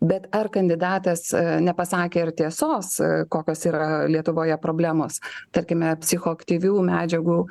bet ar kandidatas nepasakė ir tiesos kokios yra lietuvoje problemos tarkime psichoaktyvių medžiagų